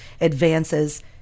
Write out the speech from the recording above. advances